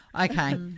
Okay